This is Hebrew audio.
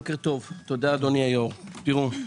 תודה, אדוני היושב-ראש.